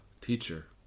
teacher